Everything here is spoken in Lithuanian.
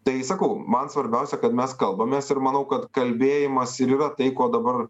tai sakau man svarbiausia kad mes kalbamės ir manau kad kalbėjimas ir yra tai ko dabar